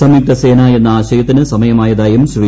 സംയുക്തസേന എന്ന ആശയത്തിന് സമയമായതായും ശ്രീ